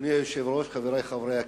אדוני היושב-ראש, חברי חברי הכנסת,